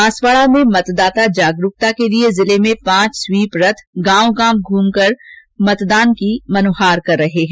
बांसवाडा में मतदाता जागरूकता के लिए जिले में पांच स्वीप रथ गांव गांव घूमकर मतदान की मनुहार कर रहे हैं